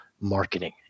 marketing